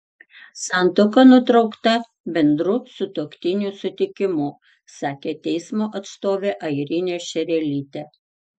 santuoka nutraukta bendru sutuoktinių sutikimu sakė teismo atstovė airinė šerelytė